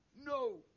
No